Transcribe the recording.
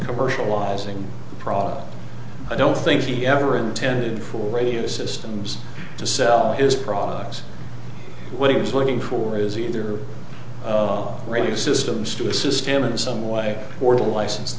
commercializing prof i don't think he ever intended for radio systems to sell his products when he was looking for is either all radio systems to assist him in some way or license